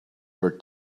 were